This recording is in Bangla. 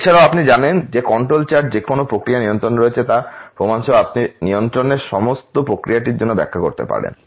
এছাড়াও আপনি জানেন যে কন্ট্রোল চার্ট যে কোনও প্রক্রিয়া নিয়ন্ত্রণে রয়েছে তার প্রমাণ সহ আপনি নিয়ন্ত্রণের সমস্ত প্রক্রিয়াটির জন্য ব্যাখ্যা করতে পারেন